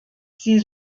sie